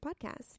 Podcast